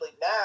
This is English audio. now